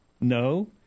No